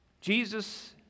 Jesus